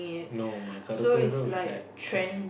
no my karaoke room is like cash